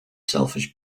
selfish